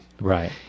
right